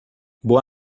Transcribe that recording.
boa